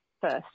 first